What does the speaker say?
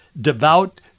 devout